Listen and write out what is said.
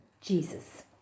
Jesus